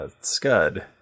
Scud